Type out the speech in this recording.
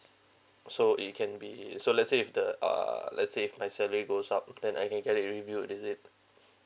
so it can be so let's say if the uh let's say if my salary goes up then I can get a review is it